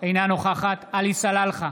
אינה נוכחת עלי סלאלחה,